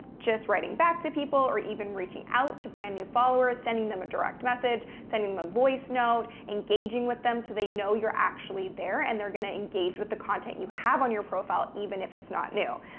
just writing back to people, or even reaching out to brand new followers. sending them a direct message, sending them a voice note, engaging with them, so they know you're actually there and they're going to engage with the content you have on your profile, even if it's not new.